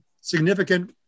significant